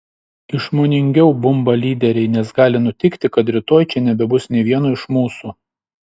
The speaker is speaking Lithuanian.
išmoningiau bumba lyderiai nes gali nutikti kad rytoj čia nebebus nė vieno iš mūsų